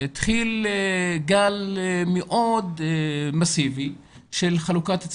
התחיל גל מאוד מאסיבי של חלוקת של